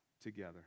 together